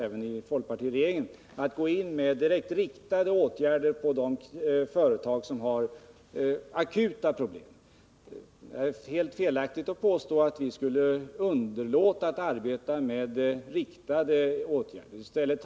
Man har här gått in med åtgärder som varit direkt riktade mot företag som haft akuta problem. Det är helt felaktigt att påstå att vi underlåter att arbeta med riktade åtgärder.